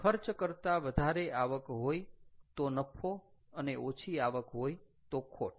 ખર્ચ કરતાં વધારે આવક હોય તો નફો અને ઓછી આવક હોય તો ખોટ